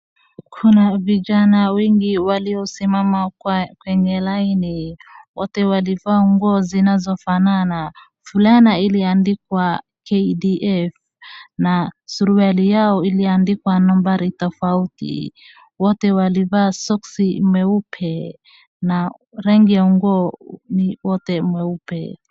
Kuna vijana wengi waliosimama kwa kwenye laini. Wote walivaa nguo zinazofanana. Fulana iliandikwa KDF, na suruali yao iliandikwa nambari tofauti. Wote walivaa soksi meupe, na rangi ya nguo ni wote meupe.